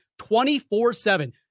24-7